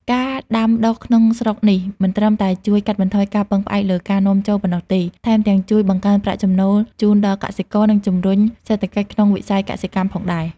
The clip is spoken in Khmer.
ការដាំដុះក្នុងស្រុកនេះមិនត្រឹមតែជួយកាត់បន្ថយការពឹងផ្អែកលើការនាំចូលប៉ុណ្ណោះទេ ថែមទាំងជួយបង្កើនប្រាក់ចំណូលជូនដល់កសិករ និងជំរុញសេដ្ឋកិច្ចក្នុងវិស័យកសិកម្មផងដែរ។